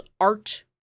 art